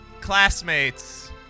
Classmates